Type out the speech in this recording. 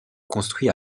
construit